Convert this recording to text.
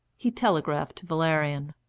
he telegraphed to valerian,